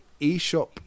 eShop